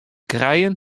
krijen